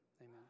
Amen